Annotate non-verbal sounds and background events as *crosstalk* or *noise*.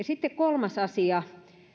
*unintelligible* sitten kolmas asia